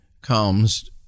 comes